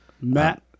Matt